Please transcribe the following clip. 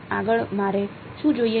આગળ મારે શું જોઈએ છે